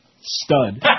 stud